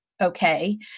okay